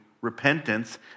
repentance